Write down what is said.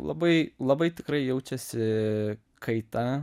labai labai tikrai jaučiasi kaita